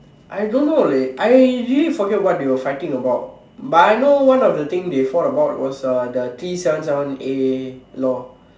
I don't know leh I really forget what they were fighting about but I know one of the thing they fought about was uh the three seven seven A law